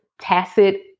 tacit